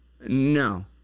No